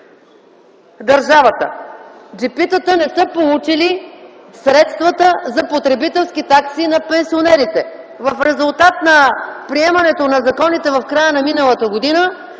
държавата. Джипитата не са получили средствата за потребителски такси на пенсионерите. В резултат на приемането на законите в края на миналата година